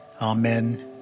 Amen